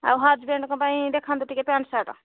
ଆଉ ହଜବେଣ୍ଡ୍ଙ୍କ ପାଇଁ ଦେଖାନ୍ତୁ ଟିକିଏ ପ୍ୟାଣ୍ଟ୍ ସାର୍ଟ୍